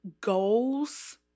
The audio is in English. goals